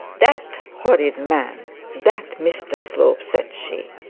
that horrid man that mr slope said she,